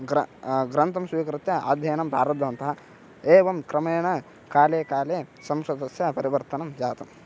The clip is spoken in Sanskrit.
ग्र ग्रन्थं स्वीकृत्य अध्ययनं प्रारब्धवन्तः एवं क्रमेण काले काले संस्कृतस्य परिवर्तनं जातम्